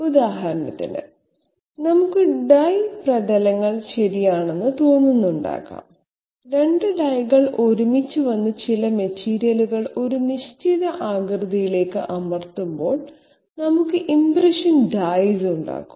ഉദാഹരണത്തിന് നമുക്ക് ഡൈ പ്രതലങ്ങൾ ശരിയാണെന്ന് തോന്നുന്നുണ്ടാകാം രണ്ട് ഡൈകൾ ഒരുമിച്ച് വന്ന് ചില മെറ്റീരിയലുകൾ ഒരു നിശ്ചിത ആകൃതിയിലേക്ക് അമർത്തുമ്പോൾ നമുക്ക് ഇംപ്രഷൻ ഡൈസ് ഉണ്ടാകും